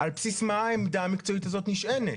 על בסיס מה העמדה המקצועית הזאת נשענת?